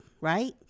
right